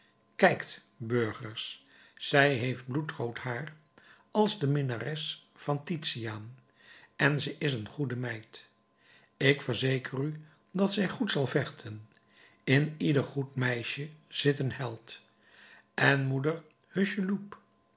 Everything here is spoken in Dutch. kijkt burgers zij heeft bloedrood haar als de minnares van titiaan en ze is een goede meid ik verzeker u dat zij goed zal vechten in ieder goed meisje zit een held en moeder hucheloup